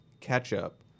ketchup